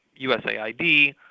USAID